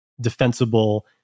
defensible